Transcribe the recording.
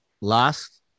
last